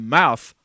mouth